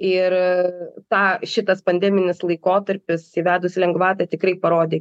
ir tą šitas pandeminis laikotarpis įvedus lengvatą tikrai parodė